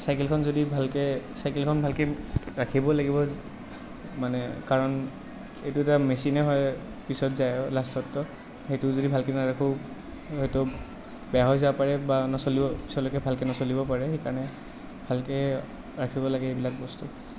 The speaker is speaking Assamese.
চাইকেলখন যদি ভালকৈ চাইকেলখন ভালকৈ ৰাখিবই লাগিব মানে কাৰণ এইটো এটা মেচিনে হয় পিছত যায় আৰু লাষ্টত সেইটোও যদি ভালকৈ নাৰাখোঁ সেইটো বেয়া হৈ যাব পাৰে বা নচলিব পিছলৈকে ভালকৈ নচলিব পাৰে সেইকাৰণে ভালকৈ ৰাখিব লাগে এইবিলাক বস্তু